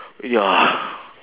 !wah!